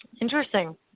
Interesting